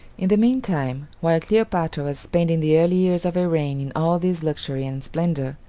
in the mean time, while cleopatra was spending the early years of her reign in all this luxury and splendor,